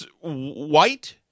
white